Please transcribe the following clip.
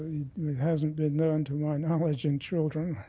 it hasn't been done, to my knowledge, in children.